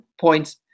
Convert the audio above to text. points